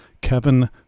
kevin